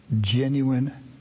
genuine